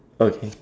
okay